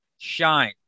Shine